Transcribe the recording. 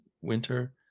winter